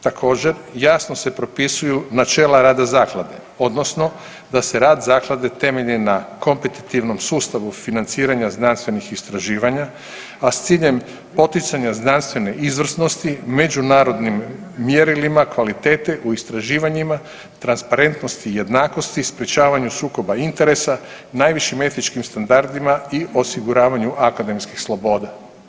Također jasno se propisuju načela rada zaklade odnosno da se rad zaklade temelji na kompetitivnom sustavu financiranja znanstvenih istraživanja, a s ciljem poticanja znanstvene izvrsnosti, međunarodnim mjerilima kvalitete u istraživanjima, transparentnosti i jednakosti, sprječavanju sukoba interesa, najvišim etičkim standardima i osiguravanju akademskih sloboda.